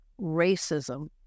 racism